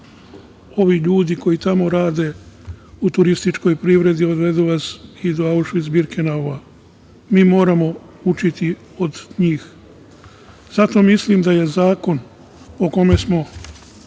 ovi ljudi koji tamo rade u turističkoj privredi, odvedu vas i do Aušvic Birkena. Mi moramo učiti od njih. Zato mislim da je zakon o kome smo